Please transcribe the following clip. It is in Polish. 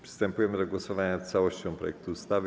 Przystępujemy do głosowania nad całością projektu ustawy.